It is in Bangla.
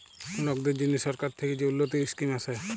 লকদের জ্যনহে সরকার থ্যাকে যে উল্ল্যতির ইসকিম আসে